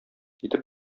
итеп